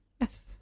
Yes